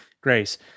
Grace